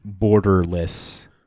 borderless